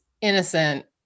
innocent